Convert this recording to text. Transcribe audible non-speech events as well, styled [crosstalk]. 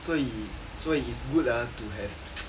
所以所以 is good ah to have [noise]